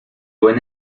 buen